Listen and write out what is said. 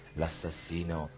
l'assassino